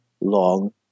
long